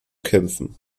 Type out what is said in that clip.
kämpfen